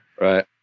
Right